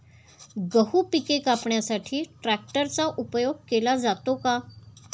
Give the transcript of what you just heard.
गहू पिके कापण्यासाठी ट्रॅक्टरचा उपयोग केला जातो का?